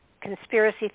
conspiracy